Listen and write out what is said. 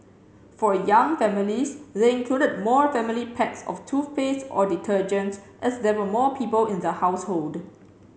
for young families they included more family packs of toothpaste or detergent as there were more people in the household